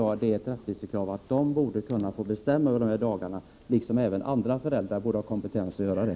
Det är ett rättvisekrav att de skulle kunna få bestämma över kontaktdagarna, liksom även andra föräldrar borde ha kompetens att göra det.